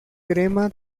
crema